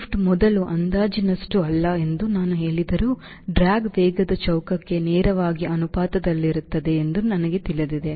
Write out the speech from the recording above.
lift ಮೊದಲ ಅಂದಾಜಿನಷ್ಟು ಅಲ್ಲ ಎಂದು ನಾನು ಹೇಳಿದರೂ ಡ್ರ್ಯಾಗ್ ವೇಗದ ಚೌಕಕ್ಕೆ ನೇರವಾಗಿ ಅನುಪಾತದಲ್ಲಿರುತ್ತದೆ ಎಂದು ನನಗೆ ತಿಳಿದಿದೆ